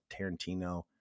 Tarantino